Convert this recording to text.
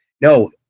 no